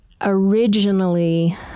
originally